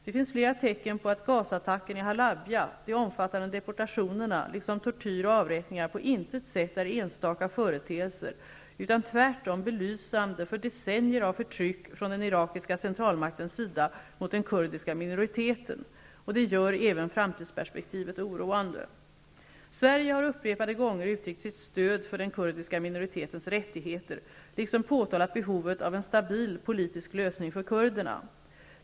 Det finns flera tecken på att gasattacken i Halabja, de omfattande deportationerna, liksom tortyr och avrättningar på intet sätt är enstaka företeelser, utan tvärtom belysande för decennier av förtryck från den irakiska centralmaktens sida mot den kurdiska minoriteten. Det gör även framtidsperspektivet oroande. Fru talman! Sverige har upprepade gånger uttryckt sitt stöd för den kurdiska minoritetens rättigheter, liksom påtalat behovet av en stabil politisk lösning för kurderna.